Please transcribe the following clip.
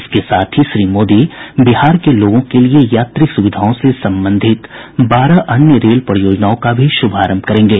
इसके साथ ही श्री मोदी बिहार के लोगों के लिए यात्री सुविधाओं से संबंधित बारह अन्य रेल परियोजनाओं का भी शुभारंभ करेंगे